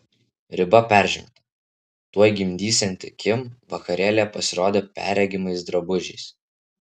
riba peržengta tuoj gimdysianti kim vakarėlyje pasirodė perregimais drabužiais